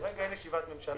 כרגע אין ישיבת ממשלה.